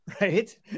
Right